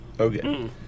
Okay